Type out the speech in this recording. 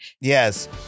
yes